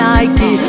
Nike